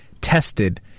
tested